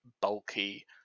bulky